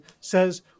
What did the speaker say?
says